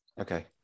Okay